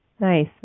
Nice